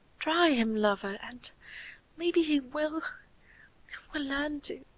try him, lover, and maybe he will will learn to